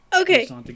Okay